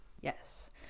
yes